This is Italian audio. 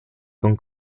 con